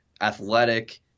Athletic